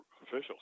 officials